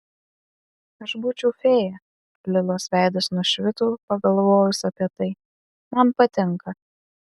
aš būčiau fėja lilos veidas nušvito pagalvojus apie tai man patinka